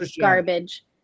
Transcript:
garbage